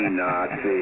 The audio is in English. nazi